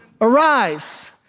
Arise